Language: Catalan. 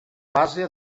base